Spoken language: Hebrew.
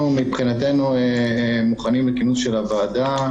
אנחנו מבחינתנו מוכנים לכינוס של הוועדה.